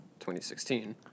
2016 –